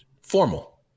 Formal